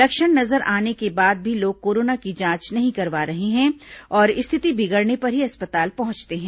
लक्षण नजर आने के बाद भी लोग कोरोना की जांच नहीं करवा रहे हैं और स्थिति बिगड़ने पर ही अस्पताल पहंचते हैं